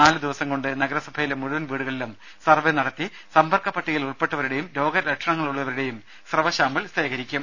നാല് ദിവസംകൊണ്ട് നഗരസഭയിലെ മുഴുവൻ വീടുകളിലും സർവേ നടത്തി സമ്പർക്കപ്പട്ടികയിൽ ഉൾപ്പെട്ടവരുടെയും രോഗലക്ഷണമുള്ളവരുടെയും സ്രവ സാമ്പിൾ ശേഖരിക്കും